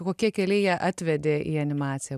kokie keliai ją atvedė į animaciją